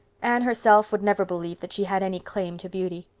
anne herself would never believe that she had any claim to beauty.